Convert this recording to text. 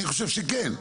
אני חושב שכן.